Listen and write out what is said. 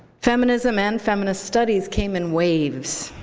feminism and feminist studies came in waves,